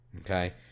okay